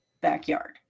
backyard